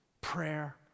Prayer